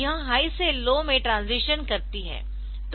यह हाई से लो में ट्रांजीशन करती है